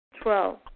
Twelve